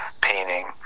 painting